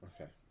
Okay